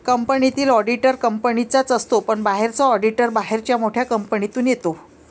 कंपनीतील ऑडिटर कंपनीचाच असतो पण बाहेरचा ऑडिटर बाहेरच्या मोठ्या कंपनीतून येतो